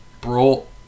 brought